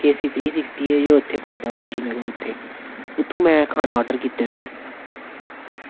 केसी three sixty होइया एह् उत्थें पौंदा बख्शी नगर उत्थें उत्थुआं खाना ऑर्डर कीते दा ऐ